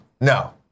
No